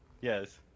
Yes